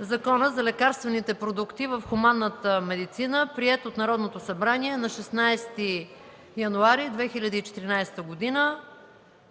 Закона за лекарствените продукти в хуманната медицина, приет от Народното събрание на 16 януари 2014 г.